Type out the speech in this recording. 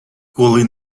коли